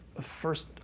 First